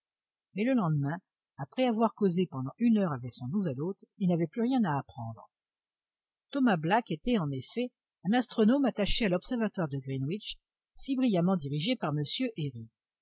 mais le lendemain après avoir causé pendant une heure avec son nouvel hôte il n'avait plus rien à apprendre thomas black était en effet un astronome attaché à l'observatoire de greenwich si brillamment dirigé par